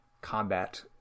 combat